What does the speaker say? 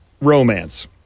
Romance